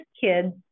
kids